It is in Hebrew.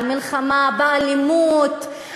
על מלחמה באלימות,